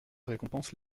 récompense